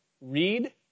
Read